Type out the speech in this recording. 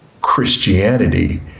Christianity